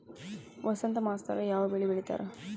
ವಸಂತ ಮಾಸದಾಗ್ ಯಾವ ಬೆಳಿ ಬೆಳಿತಾರ?